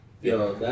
Yo